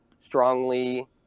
strongly –